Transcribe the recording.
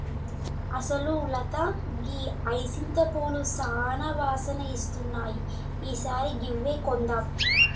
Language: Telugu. అసలు లత గీ హైసింత పూలు సానా వాసన ఇస్తున్నాయి ఈ సారి గివ్వే కొందాం